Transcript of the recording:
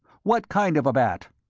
what kind of bat?